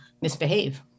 misbehave